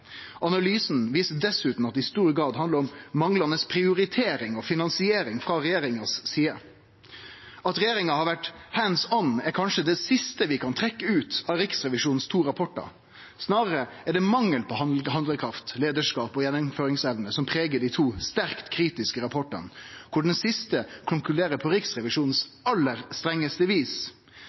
Analysen viste dessutan at det i stor grad handla om manglande prioritering og finansiering frå regjeringa si side. At regjeringa har vore «hands on», er kanskje det siste vi kan trekkje ut av Riksrevisjonens to rapportar. Snarare er det mangel på handlekraft, leiarskap og gjennomføringsevne som pregar dei to sterkt kritiske rapportane, der den siste konkluderer på Riksrevisjonens aller strengaste vis.